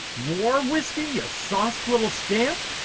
more whisking a soft little scamp